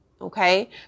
Okay